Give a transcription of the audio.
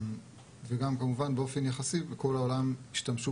וגם כמובן באופן יחסי בכל העולם ישתמשו